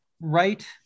right